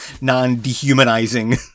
non-dehumanizing